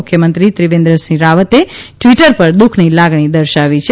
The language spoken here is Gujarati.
મુખ્યમંત્રી ત્રિવેન્દ્રસિંહ રાવતે ટ્વીટર પર દુઃખની લાગણી દર્શાવી છે